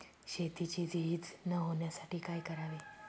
शेतीची झीज न होण्यासाठी काय करावे?